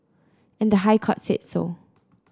and the High Court said so